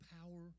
power